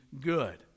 good